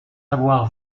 avoir